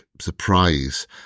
surprise